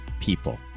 people